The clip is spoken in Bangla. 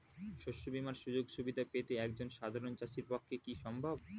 শস্য বীমার সুযোগ সুবিধা পেতে একজন সাধারন চাষির পক্ষে কি সম্ভব?